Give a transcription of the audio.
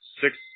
six